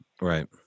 Right